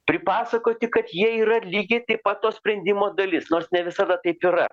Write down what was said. pripasakoti kad jie yra lygiai taip pat to sprendimo dalis nors ne visada taip yra